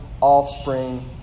offspring